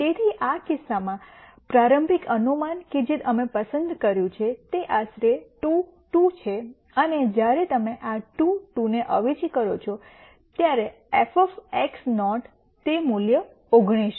તેથી આ કિસ્સામાં પ્રારંભિક અનુમાન કે જે અમે પસંદ કર્યું છે તે આશરે 2 2 છે અને જ્યારે તમે આ 2 2 ને અવેજી કરો છો ત્યારે f નૉટ તે મૂલ્ય 19 છે